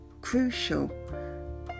crucial